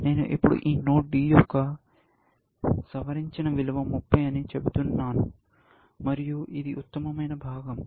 నేను ఇప్పుడు ఈ నోడ్ D యొక్క సవరించిన విలువ 30 అని చెబుతున్నాను మరియు ఇది ఉత్తమమైన భాగం